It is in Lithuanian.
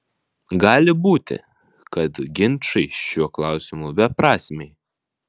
gali būti kad ginčai šiuo klausimu beprasmiai